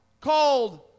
called